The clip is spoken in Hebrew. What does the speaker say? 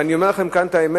ואני אומר לכם את האמת,